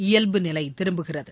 இயல்புநிலை திரும்புகிறது